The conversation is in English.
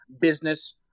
business